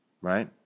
right